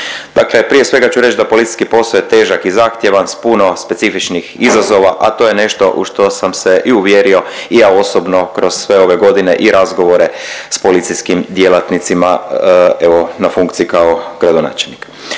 Dakle, prije svega ću reći da policijski posao je težak i zahtjevan s puno specifičnih izazova, a to je nešto u što sam se i uvjerio i ja osobno kroz sve ove godine i razgovore s policijskim djelatnicima evo na funkciji kao gradonačelnik.